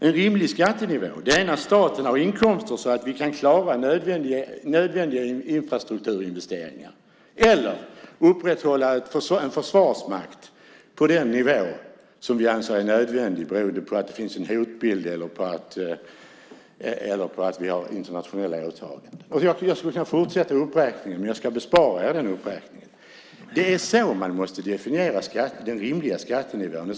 En rimlig skattenivå är när staten har inkomster så att vi kan klara nödvändiga infrastrukturinvesteringar eller upprätthålla en försvarsmakt på den nivå som vi anser är nödvändig beroende på att det finns en hotbild eller på att vi har internationella åtaganden. Jag skulle kunna fortsätta uppräkningen, men jag ska bespara er den. Det är på detta sätt man måste definiera den rimliga skattenivån.